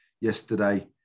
yesterday